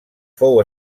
fou